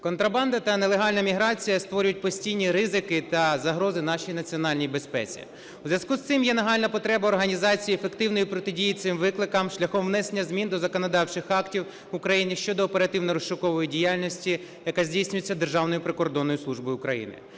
Контрабанда та нелегальна міграція створюють постійні ризики та загрози нашій національній безпеці. У зв'язку з цим є нагальна потреба організації ефективної протидії цим викликам шляхом внесення змін до законодавчих актів України щодо оперативно-розшукової діяльності, яка здійснюється Державною прикордонною службою України.